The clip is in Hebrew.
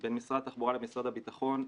בין משרד התחבורה למשרד הבטחון,